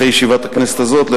אחרי ישיבת הכנסת הזאת,